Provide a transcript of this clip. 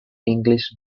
english